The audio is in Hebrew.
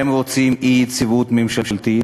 הם רוצים אי-יציבות ממשלתית,